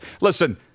Listen